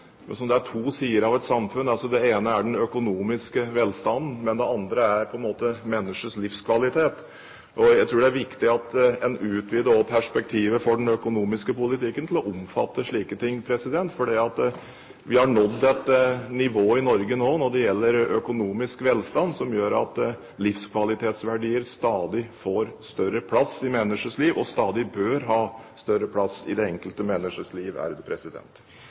Det er to sider av et samfunn, den ene er den økonomiske velstanden, den andre er på en måte menneskers livskvalitet. Jeg tror det er viktig at en utvider perspektivet for den økonomiske politikken til også å omfatte slike ting. Vi i Norge har nådd et nivå når det gjelder økonomisk velstand, som gjør at livskvalitetsverdier får stadig større plass i menneskers liv – og bør stadig ha større plass i det enkelte menneskets liv.